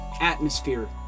atmosphere